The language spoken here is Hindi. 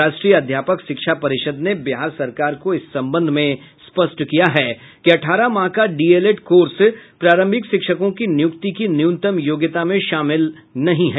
राष्ट्रीय अध्यापक शिक्षा परिषद ने बिहार सरकार को इस संबंध में स्पष्ट किया है कि अठारह माह का डीएलएड कोर्स प्रारंभिक शिक्षकों की नियुक्ति की न्यूनतम योग्यता में शामिल नहीं है